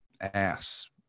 ass